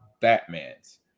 batmans